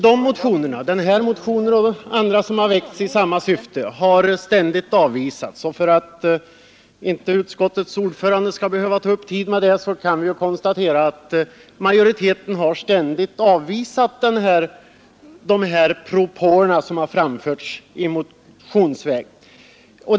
Dessa motioner — vår motion och andra motioner som har väckts i samma syfte — har ständigt avvisats. Vi kan ju konstatera — för att utskottets ordförande inte skall behöva ta upp tiden med det — att majoriteten digt har avvisat de propåer som framförts motionsledes.